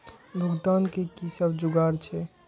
भुगतान के कि सब जुगार छे?